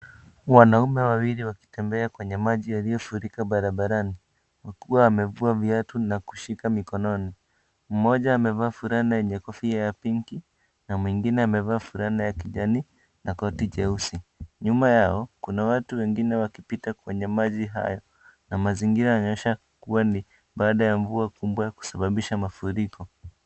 Wanaume wawili wakitembea kwenye maji yaliyofurika barabarani. Akiwa amevua viatu na kushika mikononi. Mmoja amevaa fulana yenye kofia ya pinki, na mwengine wamevaa kofia ya kijani na koti jeusi . Nyuma yao kuna watu wengine wanapita kwenye maji haya, na mazingira yanaonyesha kuwa ni baada ya mvua kubwa kusababisha mafuriko.